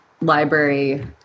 library